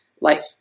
life